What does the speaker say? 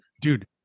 dude